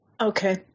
Okay